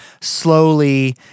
slowly